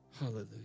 hallelujah